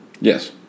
Yes